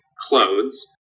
clothes